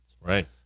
Right